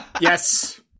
yes